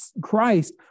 Christ